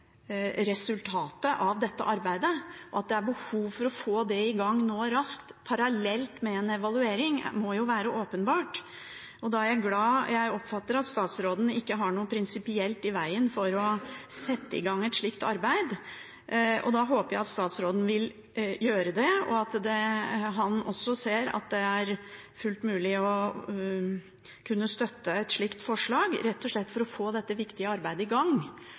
resultatet av dette arbeidet. At det er behov for å få det i gang nå raskt, parallelt med en evaluering, må være åpenbart. Jeg oppfatter at statsråden ikke ser noe prinsipielt i veien for å sette i gang et slikt arbeid. Da håper jeg at statsråden vil gjøre det, og at han også ser at det er fullt mulig å kunne støtte et slikt forslag, rett og slett for å få dette viktige arbeidet i gang,